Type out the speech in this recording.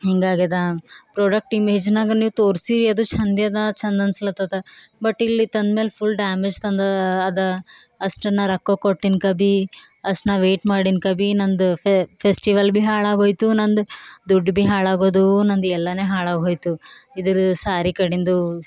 ಹಿಂಗಾಗ್ಯದ product ಇಮೇಜ್ನಾಗ ನೀವು ತೋರ್ಸೀರಿ ಅದು ಚಂದಿದ ಚಂದ ಅನ್ಸ್ಲತದದ ಬಟ್ ಇಲ್ಲಿ ತಂದ್ಮೇಲೆ ಫುಲ್ ಡ್ಯಾಮೇಜ್ ತಂದ ಅದ ಅಷ್ಟು ನಾ ರೊಕ್ಕ ಕೊಟ್ಟಿನ ಕ ಭೀ ಅಷ್ಟು ನಾ ವೆಯ್ಟ್ ಮಾಡಿನ ಕಭೀ ನಂದು ಫೆ ಫೆಸ್ಟಿವಲ್ ಭೀ ಹಾಳಾಗೋಯ್ತು ನಂದು ದುಡ್ಡು ಭೀ ಹಾಳಾಗೋದವು ನಂದ್ ಎಲ್ಲನು ಹಾಳಾಗೋಯ್ತು ಇದರ ಸ್ಯಾರಿ ಕಡಿಂದು